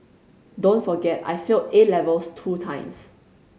don't forget I failed A levels two times